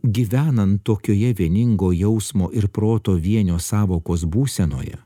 gyvenant tokioje vieningo jausmo ir proto vienio sąvokos būsenoje